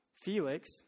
Felix